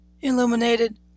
Illuminated